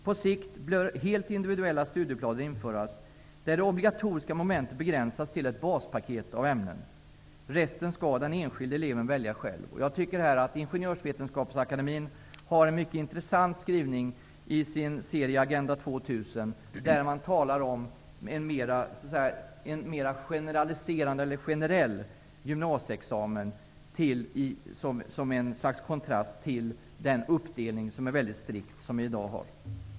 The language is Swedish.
På sikt bör helt individuella studieplaner införas, där det obligatoriska momentet begränsas till ett baspaket av ämnen. Resten skall den enskilde eleven välja själv. Jag tycker att Ingenjörsvetenskapsakademien har en mycket intressant skrivning i sin serie Agenda 2000, där man talar om en mera generell gymnasieexamen som en kontrast till den mycket strikta uppdelning vi i dag har.